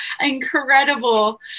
incredible